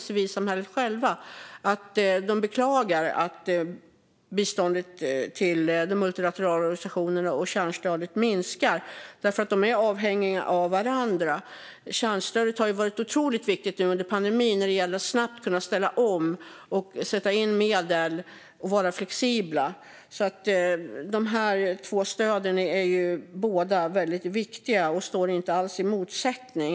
Civilsamhället säger också att man beklagar att biståndet till de multilaterala organisationerna och kärnstödet minskar, för de är avhängiga av varandra. Kärnstödet har varit otroligt viktigt under pandemin för att snabbt kunna ställa om, sätta in medel och vara flexibel. Båda dessa stöd är väldigt viktiga och står inte alls i motsättning.